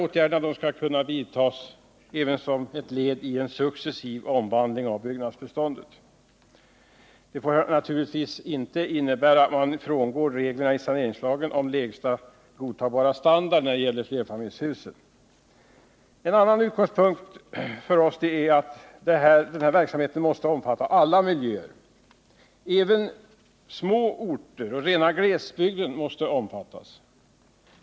Åtgärderna skall också kunna vidtas som ett led i en successiv omvandling av byggnadsbeståndet. Det får naturligtvis inte innebära att man frångår reglerna i saneringslagen om lägsta godtagbara standard i flerfamiljshus. En annan utgångspunkt för oss är att verksamheten måste omfatta alla miljöer. Även små orter och rena glesbygder måste omfattas.